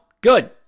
Good